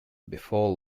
before